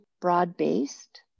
broad-based